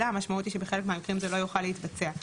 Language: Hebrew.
המשמעות היא שבחלק מהמקרים זה לא יוכל להתבצע.